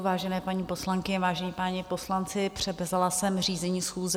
Vážené paní poslankyně, vážení páni poslanci, převzala jsem řízení schůze.